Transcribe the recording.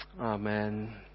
Amen